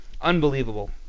Unbelievable